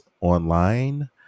online